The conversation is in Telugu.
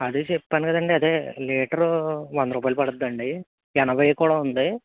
అదే చెప్పాను కదండి అదే లీటరు వంద రూపాయలు పడుద్దండి ఎనభై కూడా ఉంది